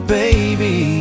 baby